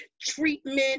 treatment